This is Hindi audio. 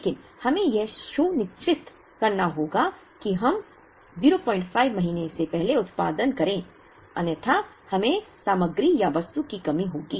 लेकिन हमें यह सुनिश्चित करना होगा कि हम 05 महीने से पहले उत्पादन करें अन्यथा हमें सामग्री या वस्तु की कमी होगी